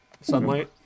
sunlight